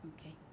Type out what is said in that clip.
Okay